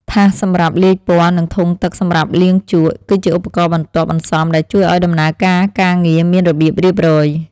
ថាសសម្រាប់លាយពណ៌ និងធុងទឹកសម្រាប់លាងជក់ គឺជាឧបករណ៍បន្ទាប់បន្សំដែលជួយឱ្យដំណើរការការងារមានរបៀបរៀបរយ។